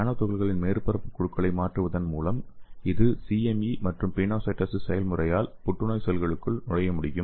நானோ துகள்களின் மேற்பரப்பு குழுக்களை மாற்றுவதன் மூலம் இது CME மற்றும் பினோசைட்டோசிஸ் செயல்முறையால் புற்றுநோய் செல்களுக்குள் நுழைய முடியும்